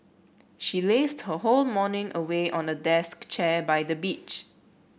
she lazed her whole morning away on a deck chair by the beach